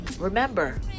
Remember